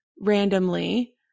randomly